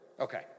Okay